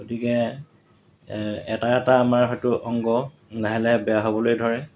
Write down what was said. গতিকে এটা এটা আমাৰ হয়তো অংগ লাহে লাহে বেয়া হ'বলৈ ধৰে